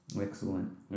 Excellent